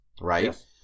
right